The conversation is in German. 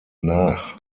nach